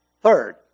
Third